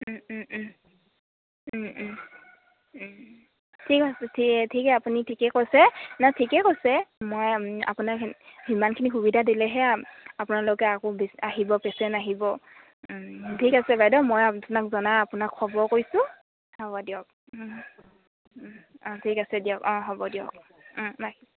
ঠিক আছে ঠিক ঠিকে আপুনি ঠিকে কৈছে ন ঠিকে কৈছে মই আপোনাৰ সিমানখিনি সুবিধা দিলেহে আপোনালোকে আকৌ আহিব পেচেণ্ট আহিব ঠিক আছে বাইদেউ মই আপোনাক জনাই আপোনাক খবৰ কৰিছোঁ হ'ব দিয়ক অঁ ঠিক আছে দিয়ক অঁ হ'ব দিয়ক